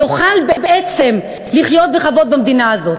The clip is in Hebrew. יוכל בעצם לחיות בכבוד במדינה הזאת.